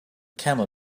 camel